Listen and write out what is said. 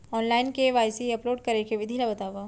Online KYC upload करे के विधि ला बतावव?